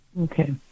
Okay